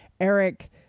eric